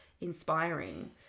inspiring